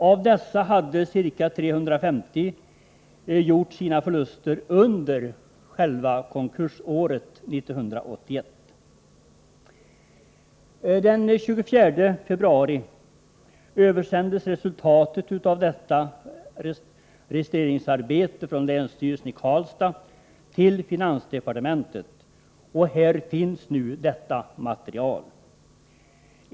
Av dessa hade ca 350 gjort sina förluster under själva konkursåret 1981. Den 24 februari översändes resultatet av detta registreringsarbete från länsstyrelsen i Karlstad till finansdepartementet, och här finns nu detta material.